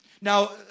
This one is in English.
Now